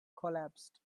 collapsed